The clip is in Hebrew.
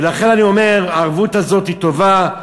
ולכן אני אומר: הערבות הזאת היא טובה.